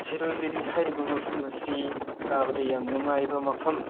ꯁꯤꯔꯣꯏ ꯂꯤꯂꯤ ꯍꯥꯏꯔꯤꯕ ꯃꯐꯝ ꯑꯁꯤ ꯀꯥꯕꯗ ꯌꯥꯝ ꯅꯨꯡꯉꯥꯏꯕ ꯃꯐꯝ